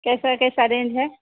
कैसा कैसा रेंज है